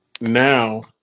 now